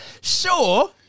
Sure